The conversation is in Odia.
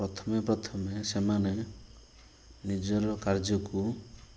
ପ୍ରଥମେ ପ୍ରଥମେ ସେମାନେ ନିଜର କାର୍ଯ୍ୟକୁ